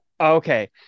Okay